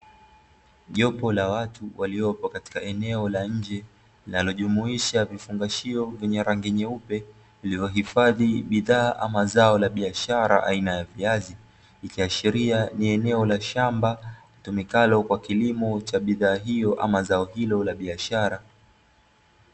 Jopo la watu waliopo katika eneo la nje linalojumuisha vifungashio vyenye rangi nyeupe, lililohifadhi bidhaa ama zao la biashara aina ya viazi, likiashiria ni eneo la shamba litumikalo kwa kilimo cha bidhaa hiyo ama zao hilo la biashara.